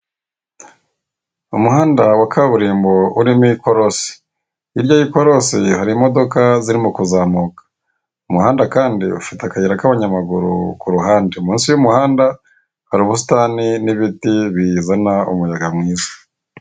Umuhanda wa kaburimbo urimo ikorosi, hirya y'ikorosi hari imodoka zirimo kuzamuka. Umuhanda kandi ufite akayira k'abanyamaguru ku ruhande. Mu nsi y'umuhanda hari ubusitani n'ibiti bizana umuyaga mwiza.